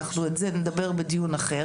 נדבר על זה בדיון אחר